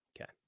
Okay